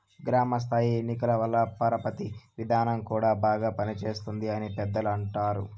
గ్రామ స్థాయి ఎన్నికల వల్ల పరపతి విధానం కూడా బాగా పనిచేస్తుంది అని పెద్దలు అంటారు